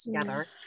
together